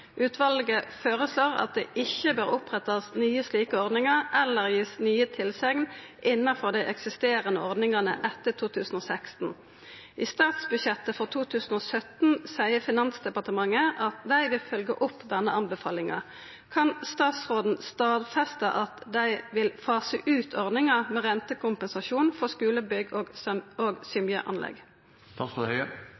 Utvalet føreslår at det ikkje bør opprettast nye slike ordningar eller gis nye tilsegn innanfor dei eksisterande ordningane etter 2016. I statsbudsjettet for 2017 seier Finansdepartementet at dei vil fylgje opp denne anbefalinga. Kan statsråden stadfeste at dei vil fase ut ordninga med rentekompensasjon for skulebygg og